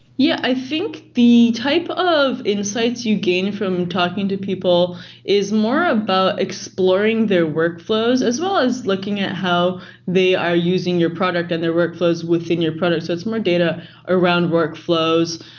yeah. i think the type of insights you gain from talking to people is more about exploring their workflows as well as looking at how they are using your product and their workflows within your product, it's more data around workflows.